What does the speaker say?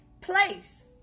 place